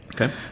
okay